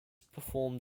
performed